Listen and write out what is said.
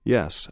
Yes